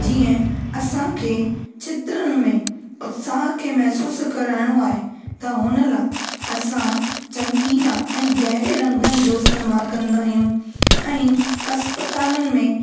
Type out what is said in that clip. जीअं असां खे चित्रण में उत्साह खे महसूस कराइणो आहे त उन लाए असां चमकीला ऐं गहिरे रंग जो इस्तेमाल कंदा आहियूं ऐं अस्पतालुनि में